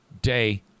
day